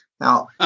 Now